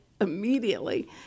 immediately